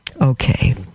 okay